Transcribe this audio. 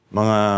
mga